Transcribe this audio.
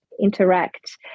interact